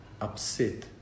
upset